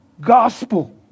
gospel